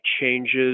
changes